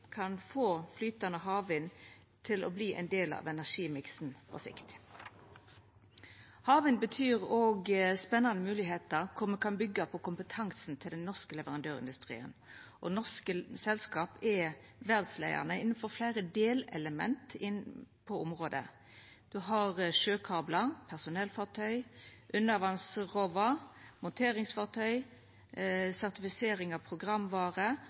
kan få flytande havvind til å verta ein del av energimiksen på sikt. Havvind betyr òg spennande moglegheiter der me kan byggja på kompetansen til den norske leverandørindustrien, og norske selskap er verdsleiande innanfor fleire delelement på området. Ein har sjøkablar, personellfartøy, undervass-ROVar, monteringsfartøy, sertifisering av